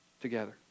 together